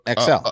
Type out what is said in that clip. XL